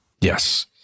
Yes